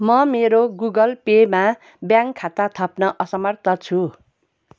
म मेरो गुगल पेमा ब्याङ्क खाता थप्न असमर्थ छु